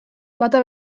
bata